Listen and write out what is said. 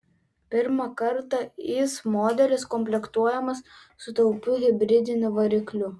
pirmą kartą is modelis komplektuojamas su taupiu hibridiniu varikliu